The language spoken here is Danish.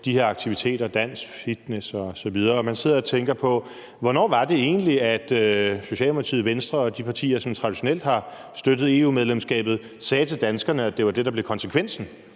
de her aktiviteter som dans, fitness osv., og man sidder og tænker på, hvornår det egentlig var, at Socialdemokratiet, Venstre og de partier, som traditionelt har støttet EU-medlemskabet, sagde til danskerne, at det var det, der blev konsekvensen